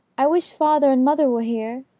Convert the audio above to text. i wish father and mother were here!